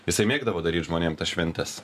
jisai mėgdavo daryt žmonėm tas šventes